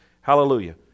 hallelujah